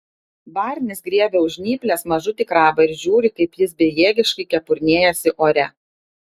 barnis griebia už žnyplės mažutį krabą ir žiūri kaip jis bejėgiškai kepurnėjasi ore